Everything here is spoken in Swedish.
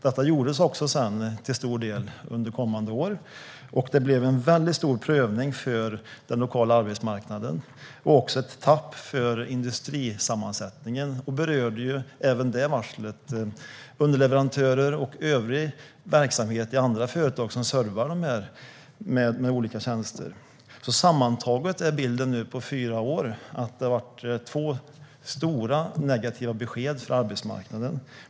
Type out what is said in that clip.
Detta gjordes också sedan till stor del under kommande år. Det blev en väldigt stor prövning för den lokala arbetsmarknaden och också ett tapp för industrisammansättningen. Även det varslet berörde underleverantörer och övrig verksamhet i andra företag som servade det med olika tjänster. Sammantaget är bilden nu på fyra år att det har varit två stora negativa besked för arbetsmarknaden.